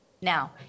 Now